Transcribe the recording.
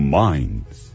minds